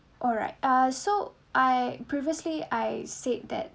alright ah so I previously I said that